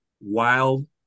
wild